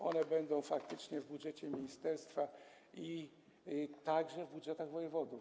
One będą faktycznie w budżecie ministerstwa i także w budżetach wojewodów.